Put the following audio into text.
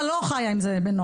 אבל לא חיה עם זה בנוח